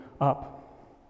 up